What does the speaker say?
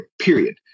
period